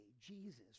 Jesus